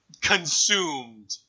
consumed